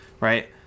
right